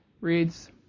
reads